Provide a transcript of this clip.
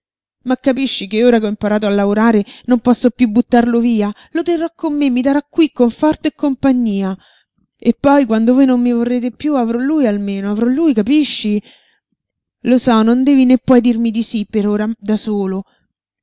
ma capisci che ora che ho imparato a lavorare non posso piú buttarlo via lo terrò con me mi darà qui conforto e compagnia e poi quando voi non mi vorrete piú avrò lui almeno avrò lui capisci lo so non devi né puoi dirmi di sí per ora da solo